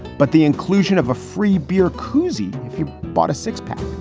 but the inclusion of a free beer cousy. if you bought a six pack.